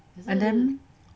and then